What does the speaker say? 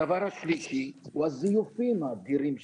הדבר השלישי הוא הזיופים האדירים שיש.